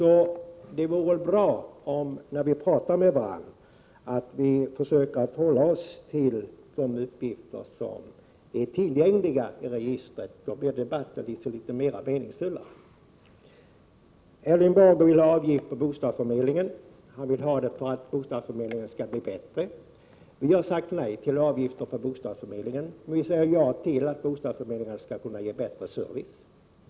När vi pratar med varandra vore det bra om vi försökte hålla oss till de uppgifter som är tillgängliga. Då blir debatten liksom litet mer meningsfull. Erling Bager vill ha avgifter på bostadsförmedlingen, för att den skall bli bättre. Vi har sagt nej till avgifter för bostadsförmedling, men vi säger ja till att bostadsförmedlingarna skall kunna ge bättre service.